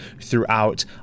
throughout